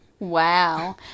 Wow